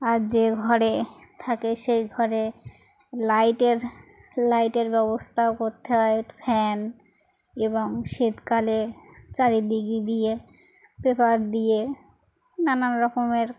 আর যে ঘরে থাকে সেই ঘরে লাইটের লাইটের ব্যবস্থাও করতে হয় ফ্যান এবং শীতকালে চারিদিকে দিয়ে পেপার দিয়ে নানান রকমের